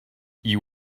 you